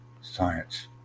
science